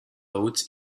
oaths